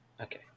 Okay